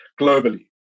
globally